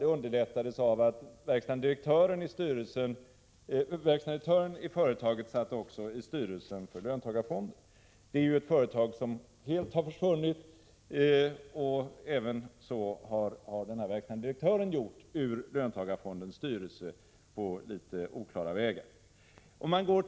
Det underlättades av att verkställande direktören i företaget också satt i styrelsen för löntagarfonden. Det är ett företag som helt har försvunnit, liksom verkställande direktören ur fondens styrelse på litet oklara vägar.